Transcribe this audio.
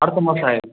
அடுத்த மாதம் ஆயிடும்